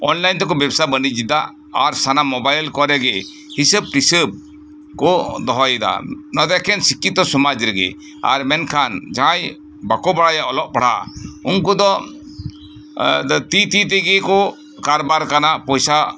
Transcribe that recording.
online ᱛᱮᱠᱚ ᱵᱮᱵᱽ ᱥᱚᱭᱫᱟ ᱵᱟᱱᱤᱡᱽ ᱮᱫᱟ ᱟᱨ ᱥᱟᱱᱟᱢ ᱢᱚᱵᱟᱭᱤᱞ ᱠᱚᱨᱮ ᱜᱮ ᱦᱤᱥᱟᱹᱵᱽ ᱴᱤᱥᱟᱹᱵᱽ ᱠᱚ ᱫᱚᱦᱚᱭᱫᱟ ᱱᱚᱶᱟ ᱫᱚ ᱮᱠᱮᱱ ᱥᱤᱠᱷᱠᱷᱤᱛᱚ ᱥᱚᱢᱟᱡᱽ ᱨᱮᱜᱮ ᱟᱨ ᱢᱮᱱᱠᱷᱟᱱ ᱡᱟᱦᱟᱸᱭ ᱵᱟᱠᱚ ᱵᱟᱲᱟᱭᱟ ᱚᱞᱚᱜ ᱯᱟᱲᱦᱟᱜ ᱩᱝᱠᱩ ᱫᱚ ᱛᱤᱛᱤ ᱛᱮᱜᱮ ᱠᱚ ᱠᱟᱨᱵᱟᱨ ᱠᱟᱱᱟ ᱯᱚᱭᱥᱟ